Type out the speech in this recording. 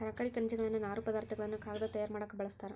ತರಕಾರಿ ಖನಿಜಗಳನ್ನ ನಾರು ಪದಾರ್ಥ ಗಳನ್ನು ಕಾಗದಾ ತಯಾರ ಮಾಡಾಕ ಬಳಸ್ತಾರ